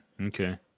Okay